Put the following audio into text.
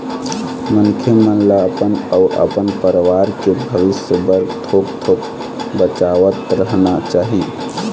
मनखे मन ल अपन अउ अपन परवार के भविस्य बर थोक थोक बचावतरहना चाही